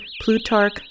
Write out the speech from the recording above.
Plutarch